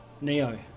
Neo